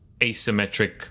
asymmetric